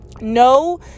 no